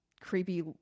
creepy